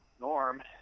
norm